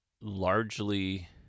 largely